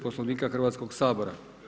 Poslovnika Hrvatskog sabora.